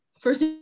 first